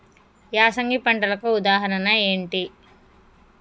యాసంగి పంటలకు ఉదాహరణ ఏంటి?